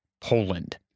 Poland